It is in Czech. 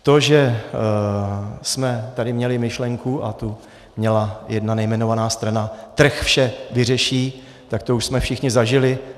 To, že jsme tady měli myšlenku, a tu měla jedna nejmenovaná strana, trh vše vyřeší, tak to už jsme všichni zažili.